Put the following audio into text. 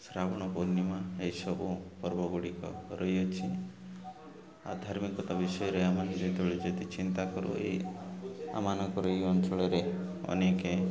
ଶ୍ରାବଣ ପୂର୍ଣ୍ଣିମା ଏସବୁ ପର୍ବ ଗୁଡ଼ିକ ରହିଅଛି ଅଧାର୍ମିକତା ବିଷୟରେ ଆମେ ଯେତେବେଳେ ଯଦି ଚିନ୍ତା କରୁ ଏଇ ଆମମାନଙ୍କର ଏଇ ଅଞ୍ଚଳରେ ଅନେକ